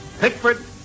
Pickford